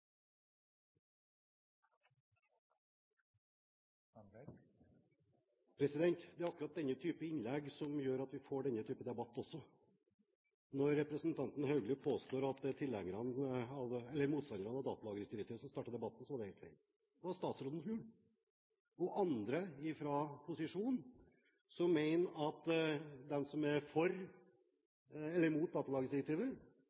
personvernet. Det er akkurat denne type innlegg som gjør at vi også får denne type debatt. Når representanten Haugli påstår at det var motstanderne av datalagringsdirektivet som startet debatten, er det helt feil. Det var statsråden som gjorde det, og andre fra posisjonen, som mener at de som er